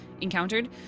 encountered